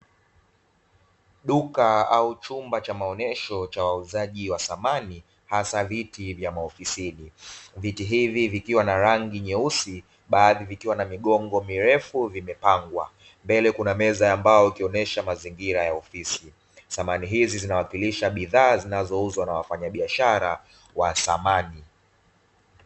Duka au chumba cha maonyesho cha wauzaji wa samani hasa viti vya maofisini. Viti hivi vikiwa na rangi nyeusi, baadhi vikiwa na migongo mirefu na imepangwa. Mbele kuna meza ya mbao ikionyesha mazingira ya ofisi. Samani hizi zinawakilisha bidhaa zinazouzwa na wafanyabiashara wa samani.